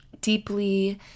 deeply